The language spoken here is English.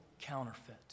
counterfeit